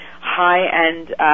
high-end